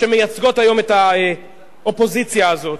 שמייצגות היום את האופוזיציה הזאת.